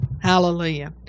Hallelujah